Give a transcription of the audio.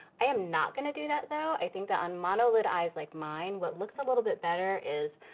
i am not gonna do that, though. i think that on mono-lid eyes like mine, what looks a little bit better is,